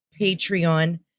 patreon